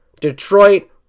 detroit